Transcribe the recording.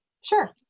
sure